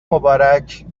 مبارک